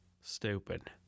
stupid